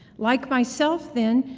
like myself then,